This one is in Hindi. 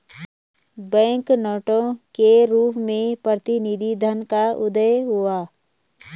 बैंक नोटों के रूप में प्रतिनिधि धन का उदय हुआ